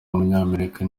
w’umunyamerika